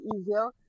easier